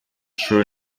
schön